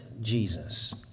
Jesus